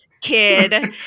kid